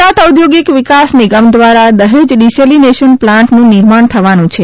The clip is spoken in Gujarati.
ગુજરાત ઔદ્યોગિક વિકાસ નિગમ દ્વારા દહેજ ડિસેલીનેશન પ્લાન્ટનું નિર્માણ થવાનું છે